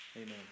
Amen